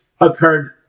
occurred